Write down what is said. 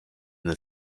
the